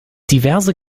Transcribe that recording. diverse